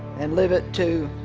and live it to